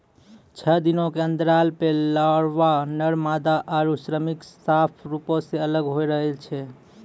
छः दिनो के अंतराल पे लारवा, नर मादा आरु श्रमिक साफ रुपो से अलग होए लगै छै